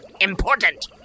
important